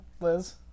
Liz